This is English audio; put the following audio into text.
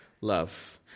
love